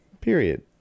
Period